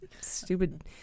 stupid